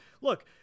Look